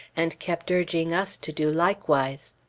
and kept urging us to do likewise.